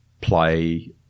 play